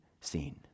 scene